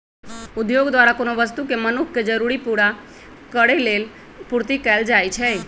उद्योग द्वारा कोनो वस्तु के मनुख के जरूरी पूरा करेलेल पूर्ति कएल जाइछइ